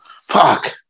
fuck